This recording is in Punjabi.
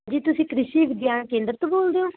ਜੀ ਤੁਸੀਂ ਕ੍ਰਿਸ਼ੀ ਵਿਗਿਆਨ ਕੇਂਦਰ ਤੋਂ ਬੋਲਦੇ ਹੋ